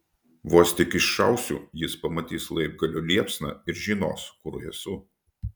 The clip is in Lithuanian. vos tik iššausiu jis pamatys laibgalio liepsną ir žinos kur esu